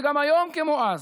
וגם היום, כמו אז,